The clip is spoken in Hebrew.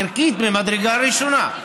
ערכית ממדרגה ראשונה.